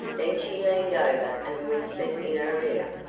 then she leaned over and whispered in her ear.